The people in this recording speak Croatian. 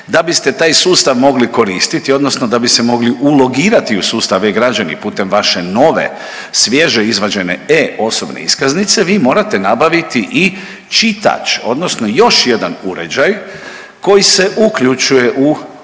Da biste taj sustav mogli koristiti odnosno da bi se mogli ulogirati u sustav e-građani putem vaše nove svježe izvađene e-osobne iskaznice vi morate nabaviti i čitač odnosno još jedan uređaj koji se uključuje u usb port